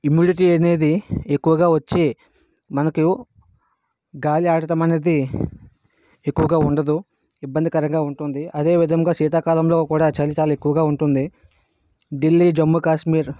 immunity అనేది ఎక్కువగా వచ్చి మనకు గాలి ఆడటం అనేది ఎక్కువగా ఉండదు ఇబ్బందికరంగా ఉంటుంది అదే విధముగా శీతాకాలంలో కూడా చలి చాలా ఎక్కువగా ఉంటుంది ఢిల్లీ జమ్మూ కాశ్మీర్